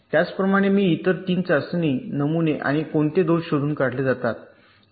त्याचप्रमाणे मी इतर 3 चाचणी नमुने आणि कोणते दोष शोधून काढले जातात